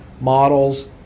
models